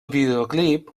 videoclip